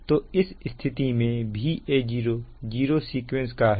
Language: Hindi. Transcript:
तो इस स्थिति में Va0 जीरो सीक्वेंस का है